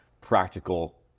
practical